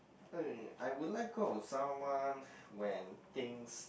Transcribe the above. uh I would let go of someone when things